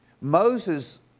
Moses